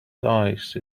dice